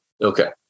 Okay